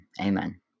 Amen